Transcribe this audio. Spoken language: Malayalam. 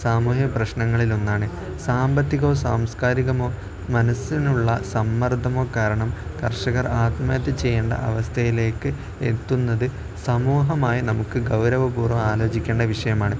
സാമൂഹിക പ്രശ്നങ്ങളിൽ ഒന്നാണ് സാമ്പത്തികമോ സാംസ്കാരികമോ മനസ്സിനുള്ള സമ്മർദ്ദമോ കാരണം കർഷകർ ആത്മഹത്യ ചെയ്യേണ്ട അവസ്ഥയിലേക്ക് എത്തുന്നത് സമൂഹമായി നമുക്ക് ഗൗരവപൂർവം ആലോചിക്കേണ്ട വിഷയമാണ്